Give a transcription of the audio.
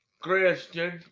Christian